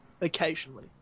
Occasionally